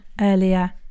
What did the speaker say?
earlier